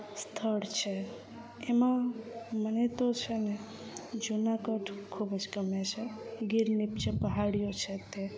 સ્થળ છે એમાં મને તો છે ને જુનાગઢ ખૂબ જ ગમે છે ગીરની જે પહાડીઓ છે તે